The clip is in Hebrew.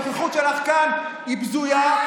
הנוכחות שלך כאן היא בזויה.